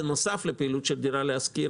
בנוסף לפעילות של דירה להשכיר,